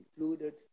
included